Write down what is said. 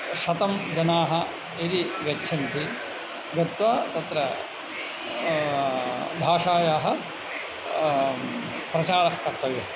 शतं जनाः यदि गच्छन्ति गत्वा तत्र भाषायाः प्रचारः कर्तव्यः